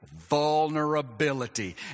Vulnerability